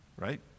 right